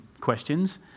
questions